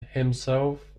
himself